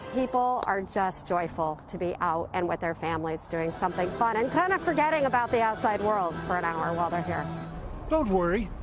people are just joyful to be out and with their families doing something fun and kind of forgetting about the outside world for an hour while they're here. reporter don't worry.